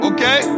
Okay